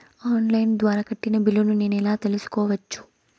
On line ద్వారా కట్టిన బిల్లును నేను ఎలా తెలుసుకోవచ్చు?